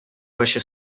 ваші